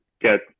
get